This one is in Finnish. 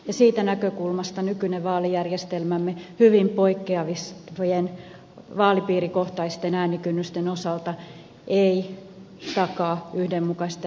siitä näkökulmasta nykyinen vaalijärjestelmämme hyvin poikkeavien vaalipiirikohtaisten äänikynnysten osalta ei takaa yhdenmukaista äänioikeutta